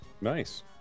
Nice